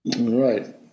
Right